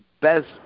best